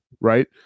right